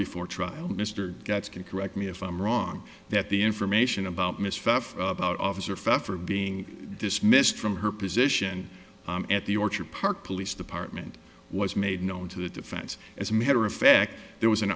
before trial mr getz can correct me if i'm wrong that the information about mr about officer pfeffer being dismissed from her position at the orchard park police department was made known to the defense as a matter of fact there was an